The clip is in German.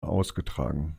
ausgetragen